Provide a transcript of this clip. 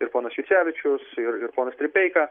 ir ponas jucevičius ir ir ponas stripeika